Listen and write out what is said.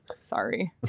Sorry